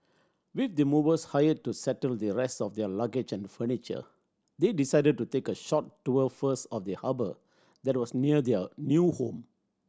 with the movers hired to settle their rest of their luggage and furniture they decided to take a short tour first of their harbour that was near their new home